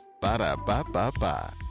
Ba-da-ba-ba-ba